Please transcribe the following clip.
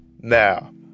now